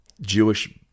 Jewish